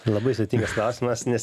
labai sudėtingas klausimas nes